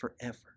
forever